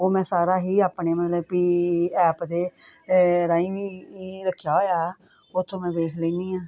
ਉਹ ਮੈਂ ਸਾਰਾ ਹੀ ਆਪਣੇ ਮਤਲਬ ਕਿ ਐਪ ਦੇ ਰਾਹੀਂ ਵੀ ਰੱਖਿਆ ਹੋਇਆ ਉੱਥੋਂ ਮੈਂ ਵੇਖ ਲੈਂਦੀ ਹਾਂ